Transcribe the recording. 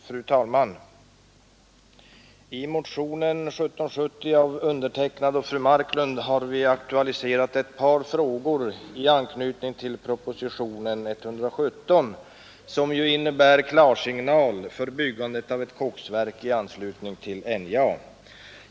Fru talman! I motionen 1770 av undertecknad och fru Marklund har vi aktualiserat ett par frågor i anknytning till propositionen 117, som innebär klarsignal för byggande av ett koksverk i anslutning till NJA.